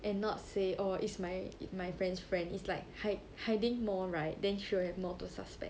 and not say orh it's my my friend's friend is like hide hiding more right then she will have more to suspect